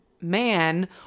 man